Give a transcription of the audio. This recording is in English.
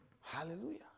Hallelujah